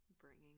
bringing